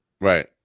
Right